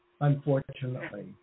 unfortunately